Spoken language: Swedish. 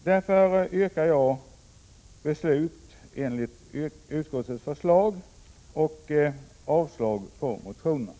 Därför yrkar jag bifall till utskottets hemställan, vilket innebär avslag på motionerna.